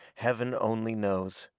heaven only knows.